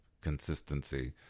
consistency